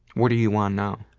what are you on now?